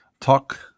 talk